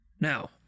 Now